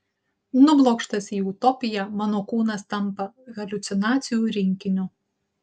nublokštas į utopiją mano kūnas tampa haliucinacijų rinkiniu